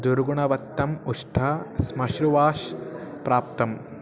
दुर्गुणवत्तम् उष्णं श्मश्रु वाश् प्राप्तम्